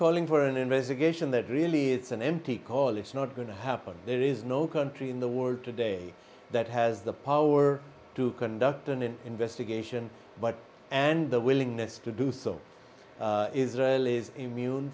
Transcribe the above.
caught for an investigation that really it's an empty call it's not going to happen there is no country in the world today that has the power to conduct an investigation but and the willingness to do so israel is immune